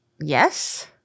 Yes